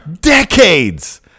decades